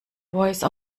voice